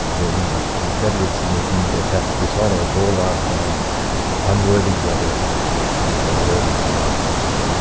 nor these, confederates in the deed that hath dishonoured all our family unworthy brother and unworthy sons!